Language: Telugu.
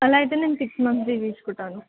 అలా అయితే నేను సిక్స్ మంత్స్ది తీసుకుంటాను